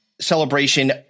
celebration